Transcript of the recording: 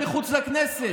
הם מחוץ לכנסת.